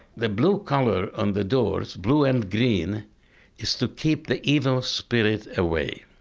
the blue color on the doors, blue and green is to keep the evil spirit away.